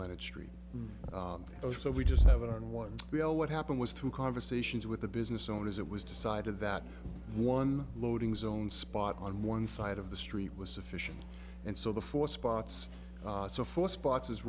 leaded street though so we just have it on one bill what happened was two conversations with the business owners it was decided that one loading zone spot on one side of the street was sufficient and so the four spots so four spots is